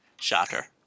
Shocker